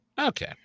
Okay